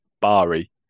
Bari